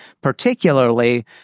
particularly